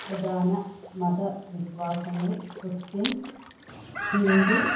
പ്രധാന മതവിശ്വാസങ്ങൾ ക്രിസ്ത്യൻ ഹിന്ദു